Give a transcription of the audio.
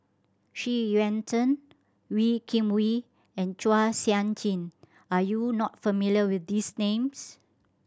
Xu Yuan Zhen Wee Kim Wee and Chua Sian Chin are you not familiar with these names